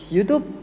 YouTube